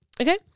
Okay